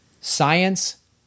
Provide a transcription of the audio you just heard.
science